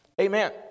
amen